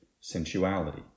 sensuality